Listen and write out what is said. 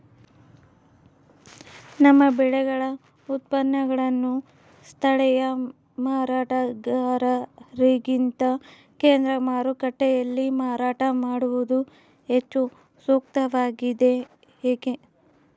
ನಮ್ಮ ಬೆಳೆಗಳ ಉತ್ಪನ್ನಗಳನ್ನು ಸ್ಥಳೇಯ ಮಾರಾಟಗಾರರಿಗಿಂತ ಕೇಂದ್ರ ಮಾರುಕಟ್ಟೆಯಲ್ಲಿ ಮಾರಾಟ ಮಾಡುವುದು ಹೆಚ್ಚು ಸೂಕ್ತವಾಗಿದೆ, ಏಕೆ?